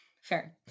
fair